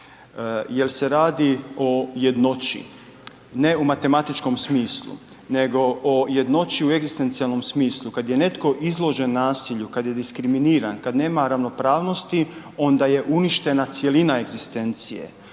jer se radi o jednoći ne u matematičkom smislu nego o jednoći u egzistencijalnom smislu, kada je netko izložen nasilju, kada je diskriminiran, kada nema ravnopravnosti onda je uništena cjelina egzistencije.